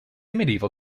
medieval